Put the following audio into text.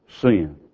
sin